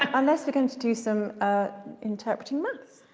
unless we're going to do some ah interpreting maths